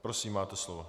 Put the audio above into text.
Prosím, máte slovo.